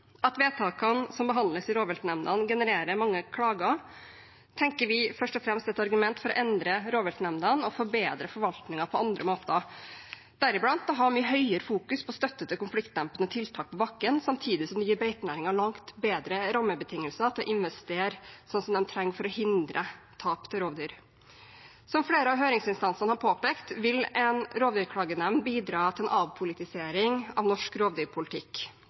At vedtakene som behandles i rovviltnemndene, genererer mange klager, mener vi først og fremst er et argument for å endre rovviltnemndene og forbedre forvaltningen på andre måter, deriblant fokusere mye mer på støtte til konfliktdempende tiltak på bakken, samtidig som man gir beitenæringen langt bedre rammebetingelser for å investere i det den trenger for å hindre tap til rovdyr. Som flere av høringsinstansene har påpekt, vil en rovdyrklagenemnd bidra til en avpolitisering av norsk rovdyrpolitikk.